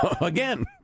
Again